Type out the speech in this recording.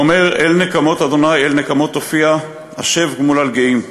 ואומר: "אל נקמות ה' אל נקמות הופיע השב גמול על גאים".